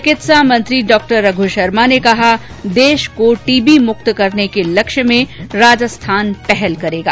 चिकित्सा मंत्री डॉ रघु शर्मा ने कहा देश को टीबी मुक्त करने के लक्ष्य में प्रदेश पहल करेगा